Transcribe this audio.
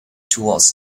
towards